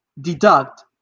deduct